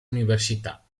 università